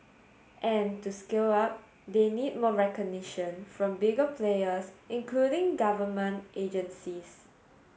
and to scale up they need more recognition from bigger players including government agencies